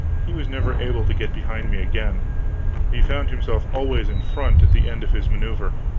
he was never able to get behind me again he found himself always in front at the end of his maneuver.